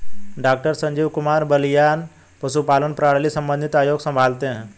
doctor Sanjeev Kumar Baliyan पशुपालन प्रणाली संबंधित आयोग संभालते हैं